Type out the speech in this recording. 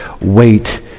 wait